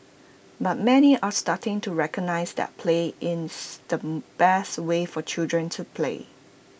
but many are starting to recognise that play is the best way for children to play